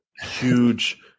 huge